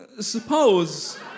suppose